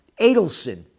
Adelson